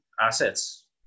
assets